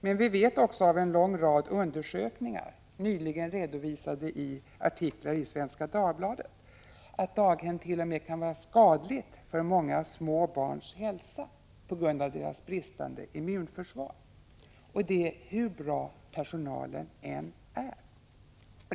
Men vi vet också av en lång rad undersökningar, nyligen redovisade i artiklar i Svenska Dagbladet, att vistelse på daghem t.o.m. kan vara skadlig för många småbarns hälsa på grund av deras bristande immunförsvar — och detta hur bra personalen än är.